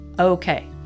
Okay